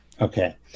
Okay